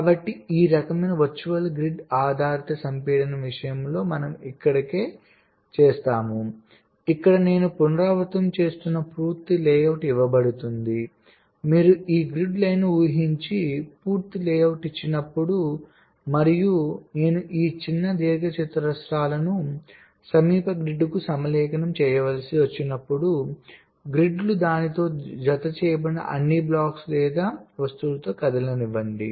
కాబట్టి ఈ రకమైన వర్చువల్ గ్రిడ్ ఆధారిత సంపీడనం విషయంలో మనం ఇక్కడే చేస్తాము ఇక్కడ నేను పునరావృతం చేస్తున్న పూర్తి లేఅవుట్ ఇవ్వబడుతుందిమీరు గ్రిడ్ పంక్తులను ఊహించే పూర్తి లేఅవుట్ ఇచ్చినప్పుడు మరియు నేను ఈ చిన్న దీర్ఘచతురస్రాలను సమీప గ్రిడ్కు సమలేఖనం చేయవలసి వచ్చినప్పుడు గ్రిడ్లు దానితో జతచేయబడిన అన్ని బ్లాక్లు లేదా వస్తువులతో కదలనివ్వండి